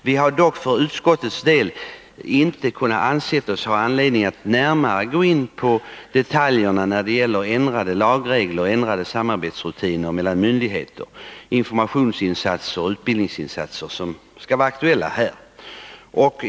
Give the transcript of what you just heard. Vi har dock från utskottet inte ansett oss ha anledning att närmare gå in på detaljerna när det gäller ändrade lagregler, ändrade rutiner för samarbetet mellan myndigheter, informationsinsatser och utbildningsinsatser som kan vara aktuella här.